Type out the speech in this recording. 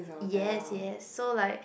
yes yes so like